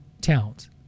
towns